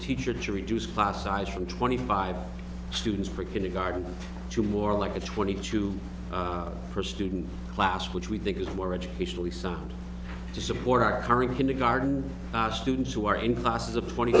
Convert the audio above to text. teacher to reduce class size from twenty five students for kindergarten to more like a twenty two per student class which we think is more educationally sound to support our current kindergarten students who are in classes of twenty